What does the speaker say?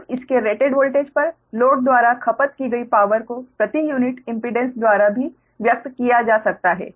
अब इसके rated voltage पर लोड द्वारा खपत की गई पावर को प्रति यूनिट इम्पीडेंस द्वारा भी व्यक्त किया जा सकता है